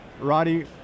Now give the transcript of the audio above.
Roddy